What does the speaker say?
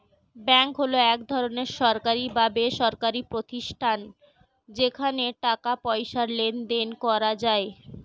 bank হলো এক ধরনের সরকারি বা বেসরকারি প্রতিষ্ঠান যেখানে টাকা পয়সার লেনদেন করা যায়